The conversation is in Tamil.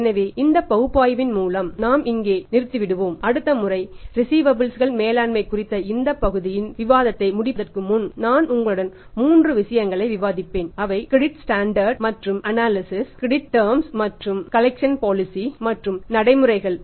எனவே இந்த பகுப்பாய்வின் மூலம் நாம் இங்கே நிறுத்திவிடுவோம் அடுத்த முறை ரிஸீவபல்ஸ் மற்றும் நடைமுறைகள்